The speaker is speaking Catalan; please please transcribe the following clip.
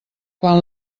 quan